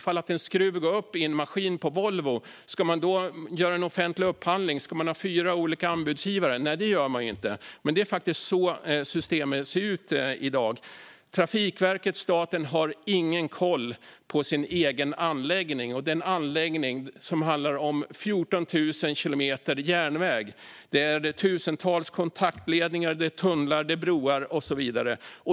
Om en skruv lossnar i en maskin på Volvo, ska man då göra en offentlig upphandling och ta in fyra olika anbud? Nej, det gör man ju inte. Men det är faktiskt så systemet ser ut i dag. Trafikverket, staten, har ingen koll på sin egen anläggning, och det är en anläggning som handlar om 14 000 kilometer järnväg. Det är tusentals kontaktledningar, det är tunnlar, det är broar och så vidare.